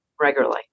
regularly